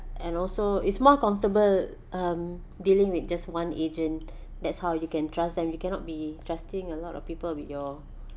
and also it's more comfortable um dealing with just one agent that's how you can trust them you cannot be trusting a lot of people with your